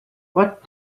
what